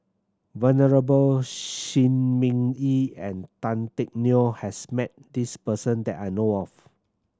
Venerable Shi Ming Yi and Tan Teck Neo has met this person that I know of